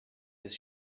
his